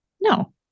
No